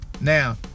now